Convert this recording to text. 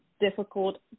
difficult